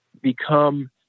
become